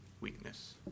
weakness